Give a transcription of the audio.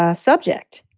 ah subject.